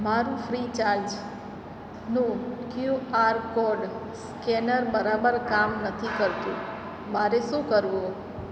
મારું ફ્રીચાર્જનું QR code scanner બરાબર કામ નથી કરતું મારે શું કરવું